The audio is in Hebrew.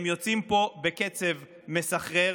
והם יוצאים מפה בקצב מסחרר,